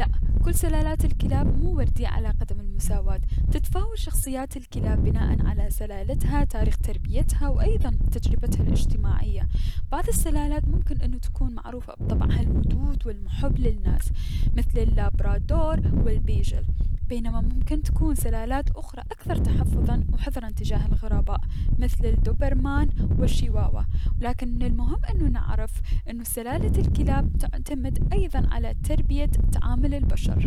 لا، كل سلالات الكلاب مو وردية على قدم المساواة ، تتفاو شخصبات الكتاب بناء سلالتها ، تاريخ تربيتها و ايضا تجربتها الأجتماعيية بعض السلالات ممكن انو تكون معروفة بطبعها الودود و المحب للناس مثل اللابرادور و البيشل، بينما ممكن تكون سلالات اخرى اكثر تحفظا و حذرا تجاه الغرباء، مثل الدبرمان و الشواوا و لكن من المهم انو نعرف انو سلالة الكلاب تعتمد ايضا على تربية تعامل البشر.